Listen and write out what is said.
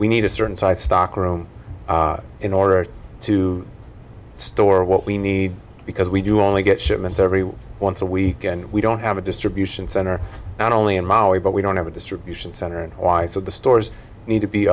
we need a certain size stockroom in order to store what we need because we do only get shipments every once a week and we don't have a distribution center not only in maui but we don't have a distribution center and why so the stores need to be